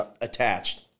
attached